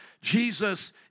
Jesus